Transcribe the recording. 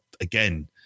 again